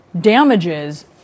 damages